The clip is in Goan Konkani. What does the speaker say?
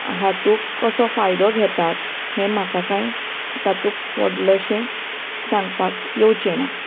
हातूंत कसो फायदो घेतात हे म्हाका कांय तातूंत व्हडलेशें सांगपाक येवचेना